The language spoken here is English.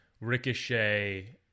ricochet